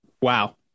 Wow